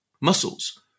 muscles